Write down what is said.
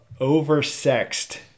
oversexed